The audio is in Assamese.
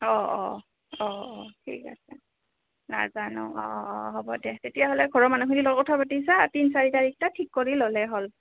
অঁ অঁ অঁ অঁ ঠিক আছে নাজানো অঁ অঁ হ'ব দে তেতিয়াহ'লে ঘৰৰ মানুহখিনি লগত কথা পাতি চা তিনি চাৰি তাৰিখটো ঠিক কৰি ল'লে হ'ল